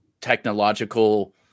technological